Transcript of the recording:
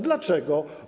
Dlaczego?